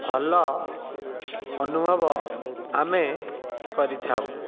ଭଲ ଅନୁଭବ ଆମେ କରିଥାଉ